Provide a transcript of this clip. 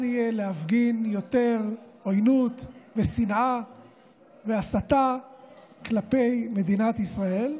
יהיה להפגין יותר עוינות ושנאה והסתה כלפי מדינת ישראל,